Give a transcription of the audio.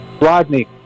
Rodney